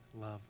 love